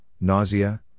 nausea